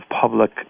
public